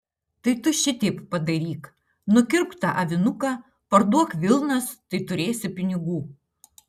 tai tu šiteip padaryk nukirpk tą avinuką parduok vilnas tai turėsi pinigų